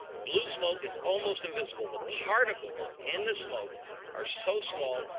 blue smoke is almost invisible. the particles in the smoke are so small,